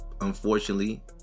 Unfortunately